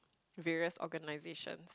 various organisation